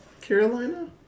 Carolina